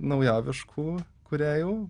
naujoviškų kūrėjų